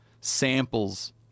samples